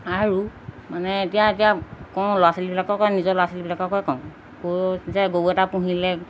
আৰু মানে এতিয়া এতিয়া কওঁ ল'ৰা ছোৱালীবিলাকক নিজৰ ল'ৰা ছোৱালীবিলাককে কওঁ কওঁ যে গৰু এটা পুহিলে